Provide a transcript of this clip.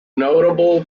notable